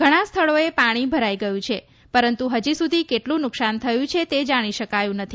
ઘણાં સ્થળોએ પાણી ભરાઇ ગયું છે પરંતુ હજુ સુધી કેટલું નુકસાન થયું છે તે જાણી શકાયું નથી